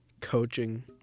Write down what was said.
Coaching